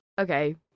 Okay